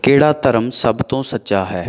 ਕਿਹੜਾ ਧਰਮ ਸਭ ਤੋਂ ਸੱਚਾ ਹੈ